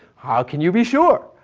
how can you be sure?